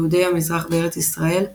יהודי המזרח בארץ ישראל ח"ב,